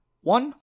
one